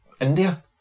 India